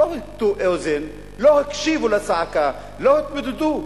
לא הטו אוזן, לא הקשיבו לצעקה, לא התמודדו.